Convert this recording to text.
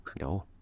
No